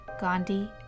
Gandhi